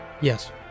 yes